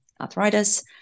arthritis